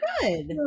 good